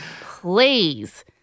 please